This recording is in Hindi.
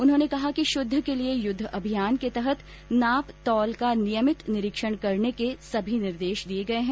उन्होंने कहा कि शुद्ध के लिए युद्ध अभियान के तहत नाप तौल का नियमित निरीक्षण करने के भी निर्देश दिए गए हैं